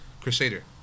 Crusader